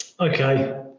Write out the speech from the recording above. Okay